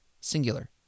singular